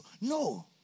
No